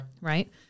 Right